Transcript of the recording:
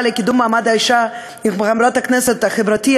למקומות העבודה,